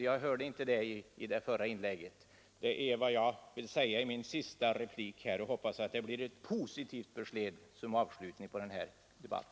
Jag hörde inte något sådant besked i det förra inlägget. I min sista replik här vill jag därför hoppas på ett positivt besked som avslutning på denna debatt.